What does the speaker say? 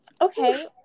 Okay